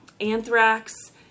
anthrax